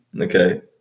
Okay